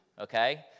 Okay